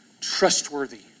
trustworthy